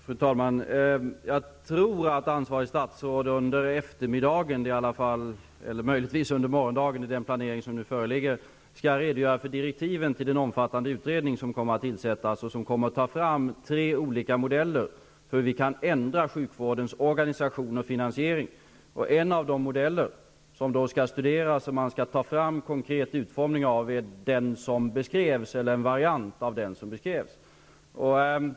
Fru talman! Jag tror att ansvarigt statsråd under eftermiddagen, eller möjligtvis under morgondagen, enligt den planering som nu föreligger skall redogöra för direktiven till en omfattande utredning som kommer att tillsättas. Denna utredning skall ta fram tre olika modeller för hur sjukvårdens organisation och finansiering kan förändras. En av de modeller som skall studeras och som man skall ta fram en konkret utformning av är en variant av den som beskrevs av Johan Brohult.